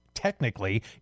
Technically